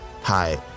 Hi